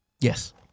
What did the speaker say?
yes